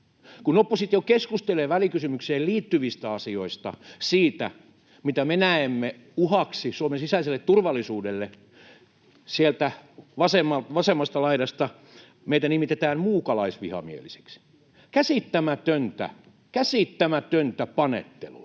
Kun oppositio keskustelee välikysymykseen liittyvistä asioista, siitä, mitä me näemme uhaksi Suomen sisäiselle turvallisuudelle, sieltä vasemmasta laidasta meitä nimitetään muukalaisvihamielisiksi. Käsittämätöntä,